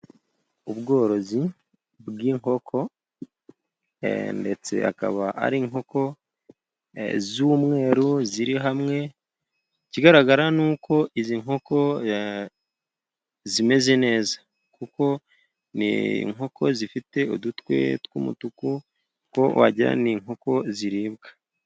Ubworozi bw'inkoko ndetse akaba ari inkoko z'umweru ziri hamwe. Ikigaragara ni uko izi nkoko zimeze neza, kuko ni inkoko zifite udutwe tw'umutuku, kuko wagira ngo ni inkoko ziribwa.